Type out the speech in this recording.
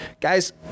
guys